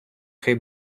хай